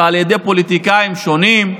מפוליטיקאים שונים,